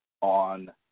on